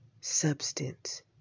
substance